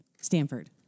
Stanford